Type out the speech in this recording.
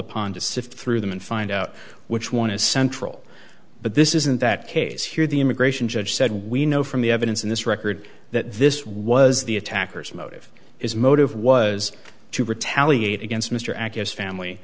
upon to sift through them and find out which one is central but this isn't that case here the immigration judge said we know from the evidence in this record that this was the attackers motive is motive was to retaliate against m